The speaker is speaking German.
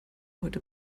heute